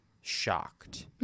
shocked